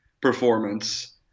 performance